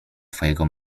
twojego